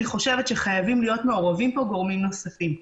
אני חושבת שחייבים להיות מעורבים פה גורמים נוספים.